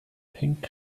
pink